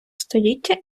століття